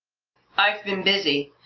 i've been busy.